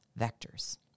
vectors